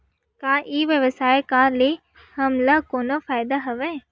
का ई व्यवसाय का ले हमला कोनो फ़ायदा हवय?